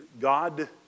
God